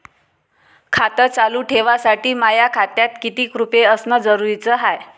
खातं चालू ठेवासाठी माया खात्यात कितीक रुपये असनं जरुरीच हाय?